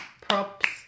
Props